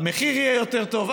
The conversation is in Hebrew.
המחיר יהיה יותר טוב,